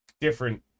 Different